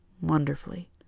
wonderfully